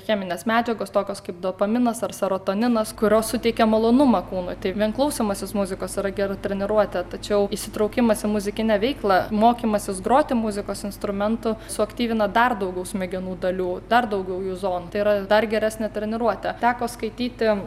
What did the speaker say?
cheminės medžiagos tokios kaip dopaminas ar serotoninas kurios suteikia malonumą kūnui tai vien klausymasis muzikos yra gera treniruotė tačiau įsitraukimas į muzikinę veiklą mokymasis groti muzikos instrumentu suaktyvina dar daugiau smegenų dalių dar daugiau jų zonų tai yra dar geresnė treniruotė teko skaityti